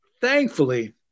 thankfully